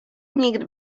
nikt